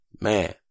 man